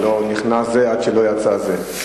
שלא נכנס זה עד שלא יצא זה.